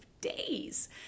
days